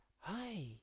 Hi